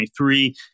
2023